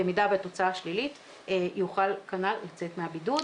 במידה והתוצאה שלילית יוכל לצאת מהבידוד.